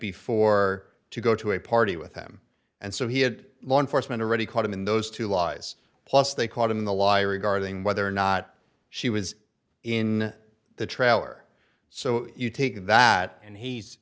before to go to a party with him and so he had law enforcement already caught him in those two lies plus they caught him in the law regarding whether or not she was in the trailer so you take that and he's